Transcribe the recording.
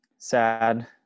Sad